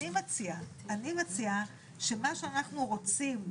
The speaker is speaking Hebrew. אני מציעה שמה שאנחנו רוצים,